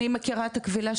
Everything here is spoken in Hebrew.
אני מכירה את הכבילה,